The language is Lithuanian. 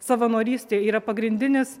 savanorystė yra pagrindinis